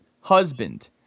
husband